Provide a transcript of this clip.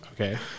Okay